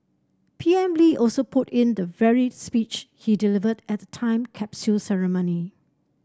P M Lee also put in the very speech he delivered at the time capsule ceremony